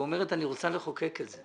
ואומרת: אני רוצה לחוקק את זה.